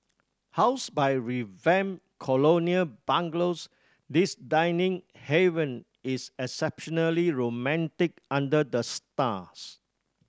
housed by revamped colonial bungalows this dining haven is exceptionally romantic under the stars